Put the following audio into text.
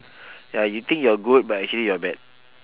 ya you think you're good but actually you're bad